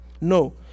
No